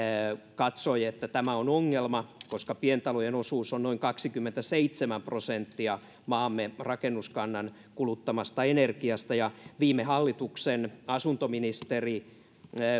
katsoi että tämä on ongelma koska pientalojen osuus on noin kaksikymmentäseitsemän prosenttia maamme rakennuskannan kuluttamasta energiasta viime hallituksen asuntoministeri